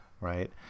Right